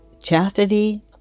Chastity